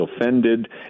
offended